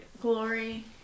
Glory